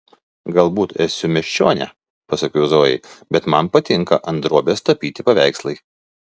galbūt esu miesčionė pasakiau zojai bet man patinka ant drobės tapyti paveikslai